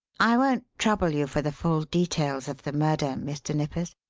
i won't trouble you for the full details of the murder, mr. nippers,